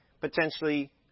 potentially